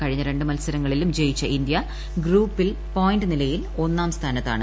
കഴിഞ്ഞ രണ്ട് മത്സരങ്ങളിലും ജയിച്ച ഇന്ത്യ ഗ്രൂപ്പിൽ പോയിന്റ് നിലയിൽ ഒന്നാം സ്ഥാനത്താണ്